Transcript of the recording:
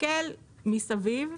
תסתכל מסביב,